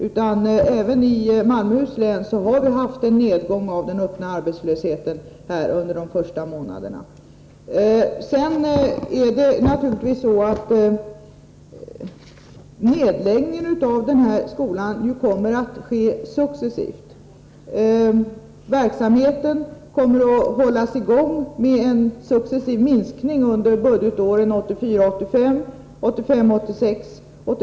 Också i Malmöhus län har vi Om den arbetsju haft en nedgång av den öppna arbetslösheten under de första månaderna i marknadspolitiska är. betydelsen av en Sedan är det naturligtvis så att nedläggningen av den här skolan kommer eventuell nedläggatt ske successivt. Verksamheten kommer att hållas i gång, med en successiv — nin g av tandläkarminskning under budgetåren 1984 86 och 1986/87.